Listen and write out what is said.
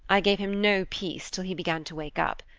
i gave him no peace till he began to wake up.